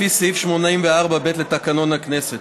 לפי סעיף 84(ב) לתקנון הכנסת,